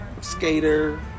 skater